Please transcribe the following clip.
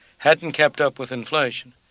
hadn't kept up with inflation.